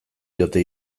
diote